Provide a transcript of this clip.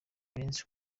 dance